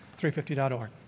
350.org